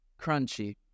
crunchy